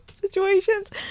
situations